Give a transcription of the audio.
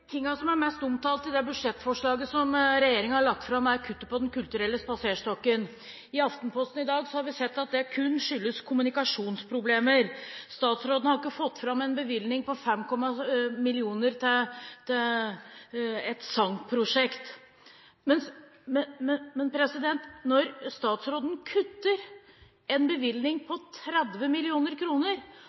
tingene som er mest omtalt i det budsjettforslaget som regjeringen har lagt fram, er kuttet på Den kulturelle spaserstokken. I Aftenposten i dag har vi sett at det kun skyldes kommunikasjonsproblemer: Statsråden har ikke fått fram at det var en bevilgning på 5 mill. kr til et sangprosjekt. Men når statsråden kutter en bevilgning på 30